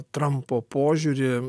trampo požiūrį